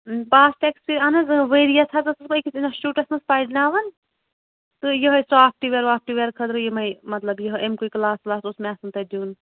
پاس ٹیکسٕے اہن حظ ؤرۍ یَس حظ ٲسٕس بہٕ أکِس اِنَسٹیوٗٹَس منٛز پَڑناوان تہٕ یِہے سافٹ وِیَر وافٹہٕ وِیَر خٲطرٕ یِمَے مطلب یِہُے اَمہِ کُے کٕلاس وٕلاس اوس مےٚ آسان تَتہِ دیُن